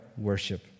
worship